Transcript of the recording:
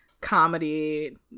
comedy